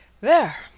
There